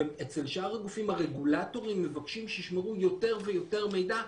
ואצל שאר הגופים הרגולטורים מבקשים שישמרו יותר ויותר מידע,